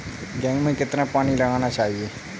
गेहूँ में कितना पानी लगाना चाहिए?